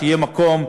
שיהיה מקום,